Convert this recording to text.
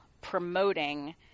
promoting